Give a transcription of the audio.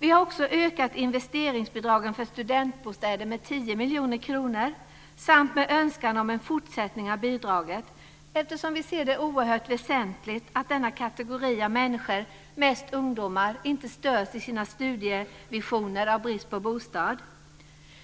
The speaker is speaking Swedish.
Vi har också ökat investeringsbidragen för studentbostäder med 10 miljoner kronor och vill att bidraget ska fortsätta att delas ut. Vi ser det som oerhört väsentligt att denna kategori av människor - mest ungdomar - inte störs i sina studievisioner av att de inte har någon bostad.